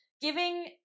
giving